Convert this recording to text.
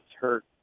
hurt